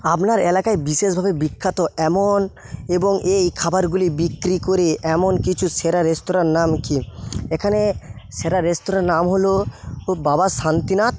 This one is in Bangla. আপনার এলাকায় বিশেষভাবে বিখ্যাত এমন এবং এই খাবারগুলি বিক্রি করে এমন কিছু সেরা রেস্তরাঁর নাম কি এখানে সেরা রেস্তরাঁর নাম হল বাবা শান্তিনাথ